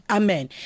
Amen